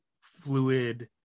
fluid